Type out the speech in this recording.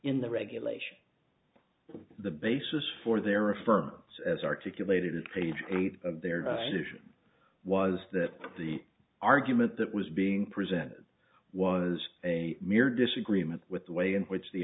in the regulation the basis for their affirms as articulated in page eight of their definition was that the argument that was being presented was a mere disagreement with the way in which the